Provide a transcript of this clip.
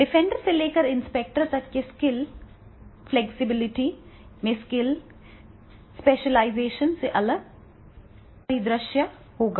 defender से लेकर inspector तक के स्किल फ्लेक्सिबिलिटी में स्किल स्पेशलाइजेशन से अलग परिदृश्य होगा